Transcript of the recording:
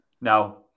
Now